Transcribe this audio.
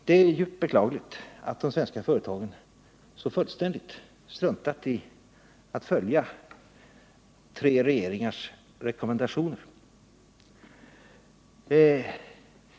Det är djupt beklagligt att de svenska företagen så fullständigt struntat i att följa tre regeringars rekommendationer.